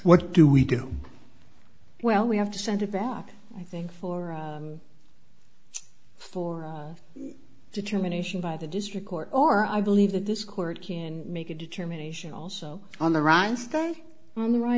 what do we do well we have to send it back up i think for four determination by the district court or i believe that this court can make a determination also on the run stay on the right